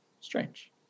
Strange